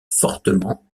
fortement